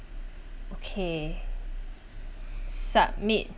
okay submit